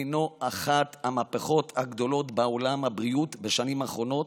הינו אחת המהפכות הגדולות בעולם הבריאות בשנים האחרונות,